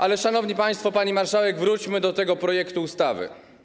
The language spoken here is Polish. Ale, szanowni państwo, pani marszałek, wróćmy do tego projektu ustawy.